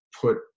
put